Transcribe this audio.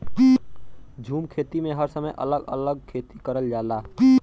झूम खेती में हर समय अलग अलग जगह खेती करल जाला